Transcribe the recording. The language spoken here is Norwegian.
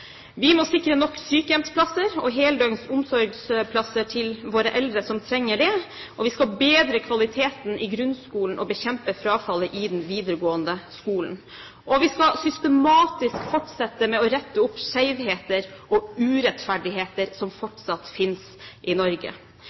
Vi må sikre nok sykehjemsplasser og heldøgns omsorgsplasser til våre eldre som trenger det. Vi skal bedre kvaliteten i grunnskolen og bekjempe frafallet i den videregående skolen. Og vi skal systematisk fortsette med å rette opp skjevheter og urettferdigheter som fortsatt finnes i Norge.